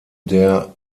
der